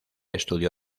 estudió